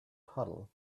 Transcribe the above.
puddle